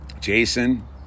Jason